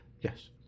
Yes